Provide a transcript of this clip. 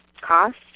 cost